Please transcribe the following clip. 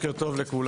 בוקר טוב לכולם,